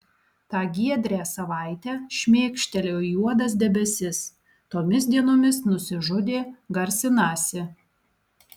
tą giedrią savaitę šmėkštelėjo juodas debesis tomis dienomis nusižudė garsinasi